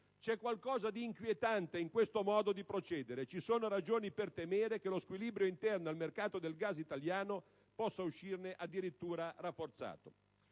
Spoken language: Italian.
C'è qualcosa di inquietante in questo modo di procedere. E ci sono ragioni per temere che lo squilibrio interno al mercato del gas italiano possa uscirne addirittura rafforzato.